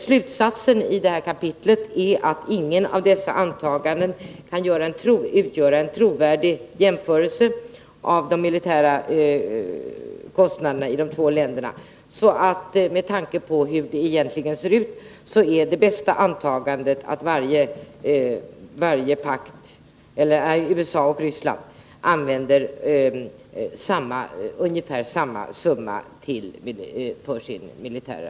Slutsatsen i kapitlet är att inget av dessa antaganden kan ligga till grund för en trovärdig jämförelse av de militära kostnaderna i de två länderna. Med tanke på hur det egentligen ser ut är det bästa antagandet att USA och Sovjet har ungefär lika stora militära utgifter.